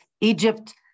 Egypt